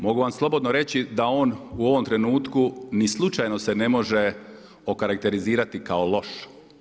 Mogu vam slobodno reći da on u ovom trenutku ni slučajno se ne može okarakterizirati kao loš.